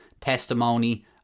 testimony